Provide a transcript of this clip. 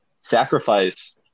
sacrifice